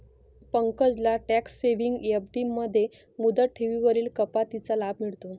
पंकजला tax saving FD मध्ये मुदत ठेवींवरील कपातीचा लाभ मिळतो